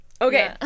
Okay